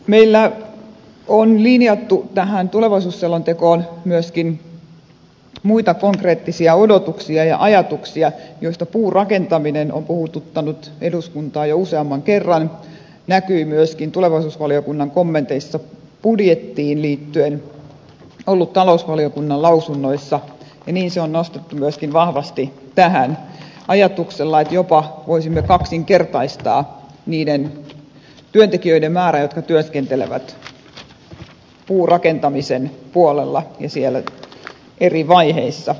meillä on linjattu tähän tulevaisuusselontekoon myöskin muita konkreettisia odotuksia ja ajatuksia joista puurakentaminen on puhututtanut eduskuntaa jo useamman kerran näkynyt myöskin tulevaisuusvaliokunnan kommenteissa budjettiin liittyen ollut talousvaliokunnan lausunnoissa ja niin se on nostettu myöskin vahvasti tähän ajatuksella että jopa voisimme kaksinkertaistaa niiden työntekijöiden määrän jotka työskentelevät puurakentamisen puolella ja siellä eri vaiheissa